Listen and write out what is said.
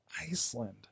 Iceland